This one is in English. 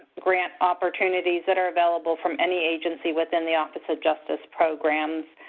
grant opportunities that are available from any agency within the office of justice programs.